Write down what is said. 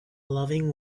loving